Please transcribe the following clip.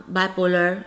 Bipolar